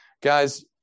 Guys